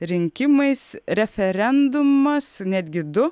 rinkimais referendumas netgi du